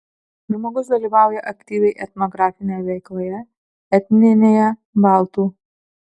žmogus dalyvauja aktyviai etnografinėje veikloje etninėje baltų